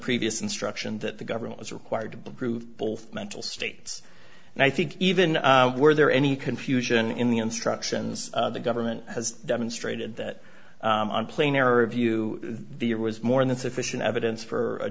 previous instruction that the government was required to prove both mental states and i think even were there any confusion in the instructions the government has demonstrated that on plane air review the year was more than sufficient evidence for a